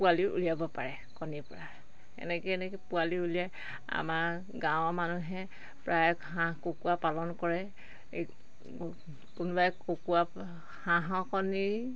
পোৱালি উলিয়াব পাৰে কণীৰপৰা এনেকৈ এনেকৈ পোৱালি উলিয়াই আমাৰ গাঁৱৰ মানুহে প্ৰায় হাঁহ কুকুৰা পালন কৰে এই কোনোবাই কুকুৰা হাঁহৰ কণী